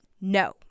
No